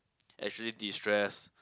actually destress